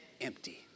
empty